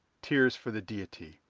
tears for the deity,